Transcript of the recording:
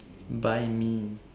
by me